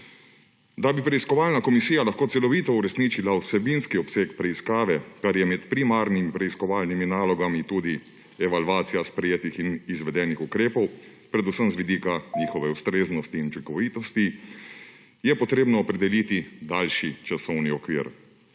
Da bi preiskovalna komisija lahko celovito uresničila vsebinski obseg preiskave, kar je med primarnimi preiskovalnimi nalogami tudi evalvacija sprejetih in izvedenih ukrepov predvsem z vidika njihove ustreznosti in učinkovitosti, je potrebno opredeliti daljši časovni okvir,